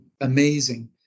amazing